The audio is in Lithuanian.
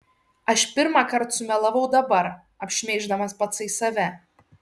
aš pirmąkart sumelavau dabar apšmeiždamas patsai save